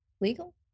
legal